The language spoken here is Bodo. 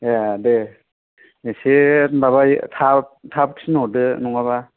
ए दे एसे माबायै थाब थाब थिनहरदो नङाबा